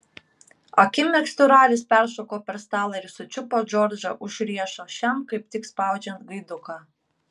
akimirksniu ralis peršoko per stalą ir sučiupo džordžą už riešo šiam kaip tik spaudžiant gaiduką